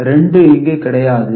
2 இங்கு கிடையாது